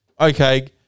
okay